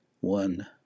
One